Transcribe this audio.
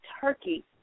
turkey